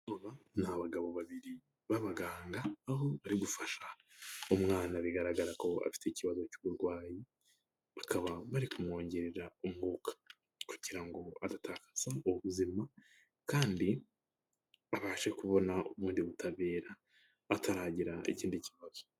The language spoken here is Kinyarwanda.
Ni abagabo babiri b'abaganga, aho bari gufasha umwana bigaragara ko afite ikibazo cy'uburwayi, bakaba bari kumwongerera umwuka kugira ngo adatakaza ubuzima, kandi abashe kubona ubundi butabera bataragira ikindi kibazo.